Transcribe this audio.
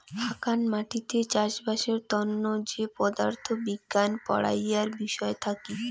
হাকান মাটিতে চাষবাসের তন্ন যে পদার্থ বিজ্ঞান পড়াইয়ার বিষয় থাকি